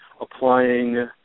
applying